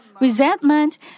Resentment